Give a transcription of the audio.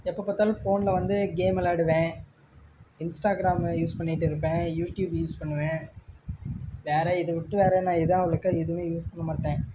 எப்போ பார்த்தாலும் ஃபோனில் வந்து கேம் வெளையாடுவேன் இன்ஸ்டாகிராமு யூஸ் பண்ணிகிட்டு இருப்பேன் யூடியூப் யூஸ் பண்ணுவேன் வேறு இதை விட்டு வேறு என்ன இதான் அவ்வளோக்கா எதுவும் யூஸ் பண்ணமாட்டேன்